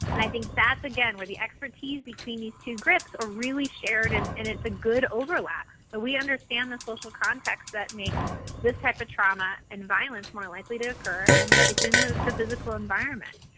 and i think that's, again, where the expertise between these two are really shared and and it's a good overlap. but we understand the social context that makes this type of trauma and violence more likely to occur and it's in the the physical environment.